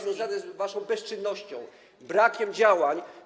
związane z waszą bezczynnością, brakiem działań.